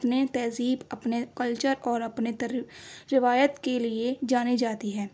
اپنے تہذیب اپنے کلچر اور اپنے روایت کے لیے جانی جاتی ہے